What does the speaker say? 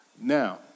Now